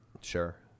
Sure